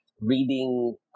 reading